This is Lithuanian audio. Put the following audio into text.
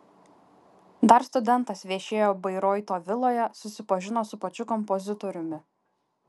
dar studentas viešėjo bairoito viloje susipažino su pačiu kompozitoriumi